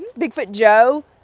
bigfoot joe?